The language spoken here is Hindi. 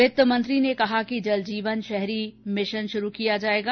वित्त मंत्री ने कहा कि जल जीवन मिशन शहरी शुरू किया जाएगा